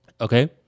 Okay